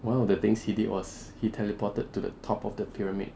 one of the things he did was he teleported to the top of the pyramid